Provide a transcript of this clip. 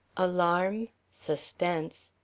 alarm, suspense,